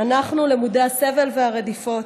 אנחנו, למודי הסבל והרדיפות,